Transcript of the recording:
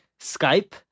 skype